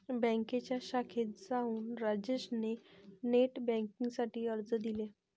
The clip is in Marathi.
बँकेच्या शाखेत जाऊन राजेश ने नेट बेन्किंग साठी अर्ज दिले